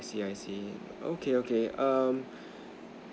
I see I see okay okay um